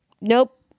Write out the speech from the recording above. nope